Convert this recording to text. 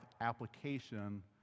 application